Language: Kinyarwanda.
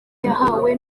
yahawe